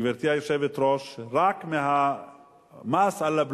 גברתי היושבת-ראש, רק מהבלו,